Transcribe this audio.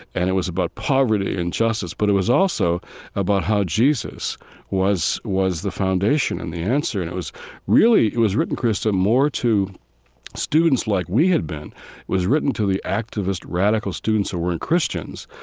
and it was about poverty and justice, but it was also about how jesus was was the foundation and the answer. and it was really, it was written, krista, more to students like we had been. it was written to the activist, radical students who weren't christians,